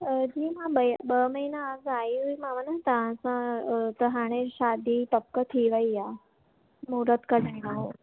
अ जी मां ॿय ॿ महीना अॻु आई हुई मां न तव्हांसा त हाणे शादी पक थी वई आहे मुहरत कढाइणो हुओ